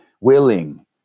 willing